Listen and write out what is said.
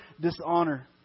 dishonor